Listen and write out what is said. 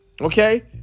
Okay